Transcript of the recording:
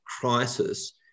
crisis